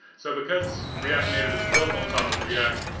so because react native is built on top of react,